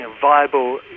viable